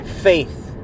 faith